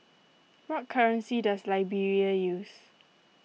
what currency does Liberia use